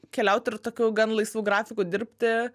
keliaut ir tokiu gan laisvu grafiku dirbti